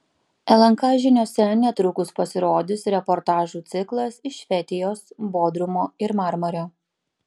lnk žiniose netrukus pasirodys reportažų ciklas iš fetijos bodrumo ir marmario